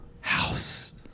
house